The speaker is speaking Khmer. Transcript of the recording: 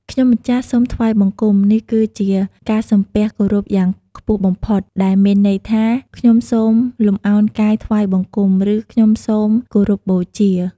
ខ្ញុំម្ចាស់សូមថ្វាយបង្គំ នេះគឺជាការសំពះគោរពយ៉ាងខ្ពស់បំផុត ដែលមានន័យថា "ខ្ញុំសូមលំអោនកាយថ្វាយបង្គំ" ឬ "ខ្ញុំសូមគោរពបូជា"។